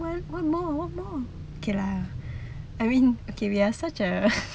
what why go out okay lah I mean okay we're such a